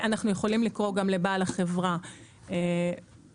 אנחנו יכולים לקרוא גם לבעל החברה וכולי.